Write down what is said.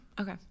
okay